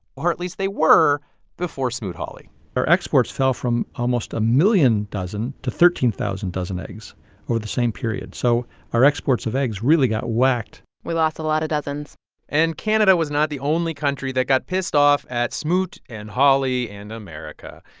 or at least they were before smoot-hawley our exports fell from almost a million dozen to thirteen thousand dozen eggs over the same period. so our exports of eggs really got whacked we lost a lot of dozens and canada was not the only country that got pissed off at smoot and hawley and america.